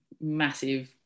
massive